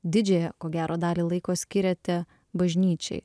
didžiąją ko gero dalį laiko skiriate bažnyčiai